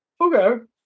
Okay